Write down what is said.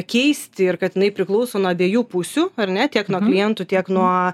keisti ir kad jinai priklauso nuo dviejų pusių ar ne tiek nuo klientų tiek nuo